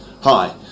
Hi